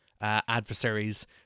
adversaries